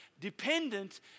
Dependent